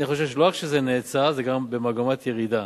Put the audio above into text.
אני חושב שלא רק שזה נעצר, זה גם במגמת ירידה,